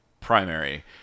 primary